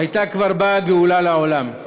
כבר הייתה באה גאולה לעולם.